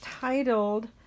titled